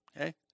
okay